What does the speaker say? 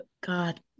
God